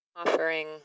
Offering